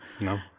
No